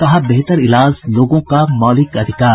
कहा बेहतर इलाज लोगों का मौलिक अधिकार